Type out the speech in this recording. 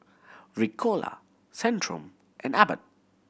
Ricola Centrum and Abbott